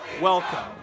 welcome